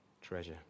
treasure